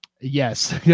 Yes